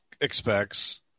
expects